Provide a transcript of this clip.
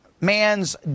man's